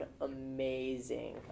amazing